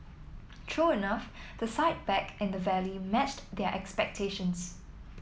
true enough the sight back in the valley matched their expectations